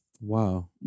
Wow